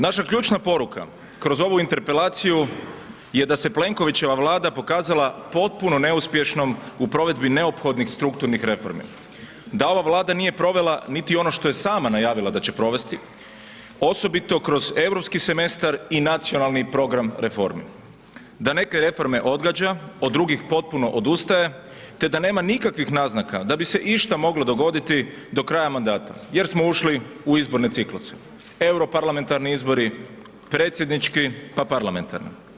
Naša ključna poruka kroz ovu interpelaciju je da se Plenkovićeva Vlada pokazala potpuno neuspješnom u provedbi neophodnih strukturnih reformi, da ova Vlada nije provela niti ono što je sama najavila da će provesti, osobito kroz europski semestar i nacionalni program reformi, da neke reforme odgađa, od drugih potpuno odustaje, te da nema nikakvih naznaka da bi se išta moglo dogoditi do kraja mandata jer smo ušli u izborne cikluse, europarlamentarni izbori, predsjednički, pa parlamentarni.